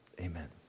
Amen